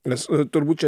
mes turbūt čia